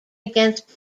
against